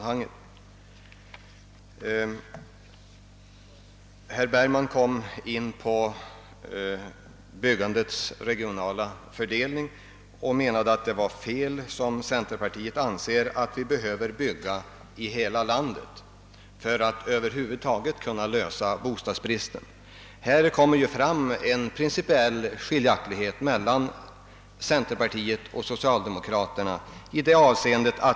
Herr Bergman berörde byggandets regionala fördelning och menade att centerpartiets åsikt, att ett hävande av bostadsbristen måste innebära byggande i hela landet, var felaktig. Här framträder en principiell skillnad mellan centerpartiet och socialdemokraterna.